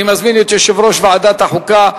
אני מזמין את יושב-ראש ועדת החוקה,